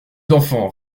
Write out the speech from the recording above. enfants